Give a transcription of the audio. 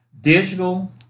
digital